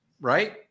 right